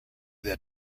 that